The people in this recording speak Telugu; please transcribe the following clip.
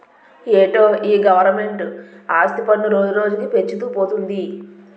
ఏటో ఈ గవరమెంటు ఆస్తి పన్ను రోజురోజుకీ పెంచుతూ పోతంది